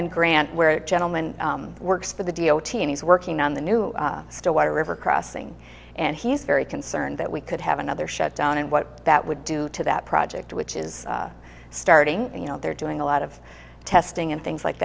in grant where gentleman works for the d o t and he's working on the new still water river crossing and he's very concerned that we could have another shutdown and what that would do to that project which is starting you know they're doing a lot of testing and things like